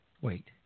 wait